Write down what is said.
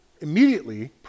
immediately